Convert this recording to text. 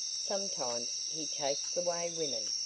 sometimes he takes away women.